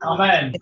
Amen